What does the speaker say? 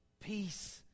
Peace